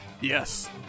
yes